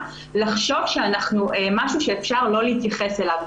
לחשוב שאנחנו משהו שאפשר לא להתייחס אליו.